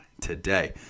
today